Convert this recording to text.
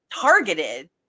targeted